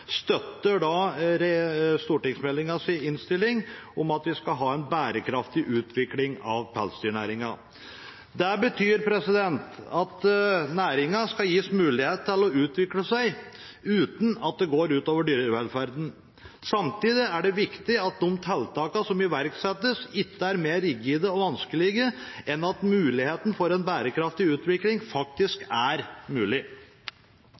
støtter komiteens innstilling om at vi skal ha en bærekraftig utvikling av pelsdyrnæringen. Det betyr at næringen skal gis mulighet til å utvikle seg uten at det går ut over dyrevelferden. Samtidig er det viktig at de tiltakene som iverksettes, ikke er mer rigide og vanskeligere enn at en bærekraftig utvikling faktisk er mulig.